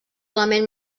element